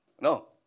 No